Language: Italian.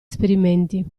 esperimenti